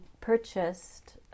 purchased